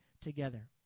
together